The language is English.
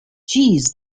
jeez